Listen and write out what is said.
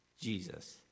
Jesus